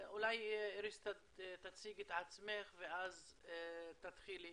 איריס, אולי תציגי את עצמך ואז תתחילי